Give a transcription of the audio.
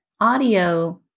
audio